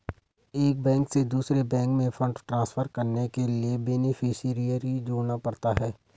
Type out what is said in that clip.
एक बैंक से दूसरे बैंक में फण्ड ट्रांसफर करने के लिए बेनेफिसियरी जोड़ना पड़ता है